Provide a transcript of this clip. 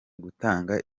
gutanga